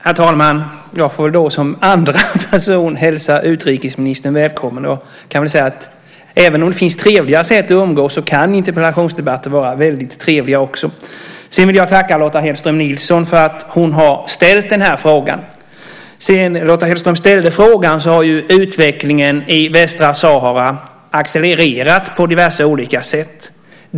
Herr talman! Jag får som andra person hälsa utrikesministern välkommen. Även om det finns trevligare sätt att umgås kan interpellationsdebatter också vara väldigt trevliga. Jag vill tacka Lotta Hedström för att hon har ställt frågan. Sedan hon ställde frågan har utvecklingen i Västsahara accelererat på diverse olika sätt.